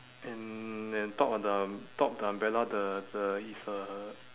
and then top of the top of the umbrella the the it's a